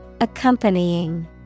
Accompanying